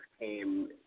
came